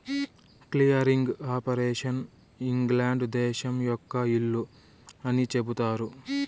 clearing operation England దేశం యొక్క ఇల్లు అని చెబుతారు